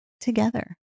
together